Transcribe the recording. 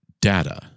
data